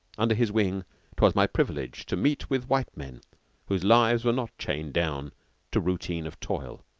under his wing twas my privilege to meet with white men whose lives were not chained down to routine of toil,